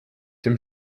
dem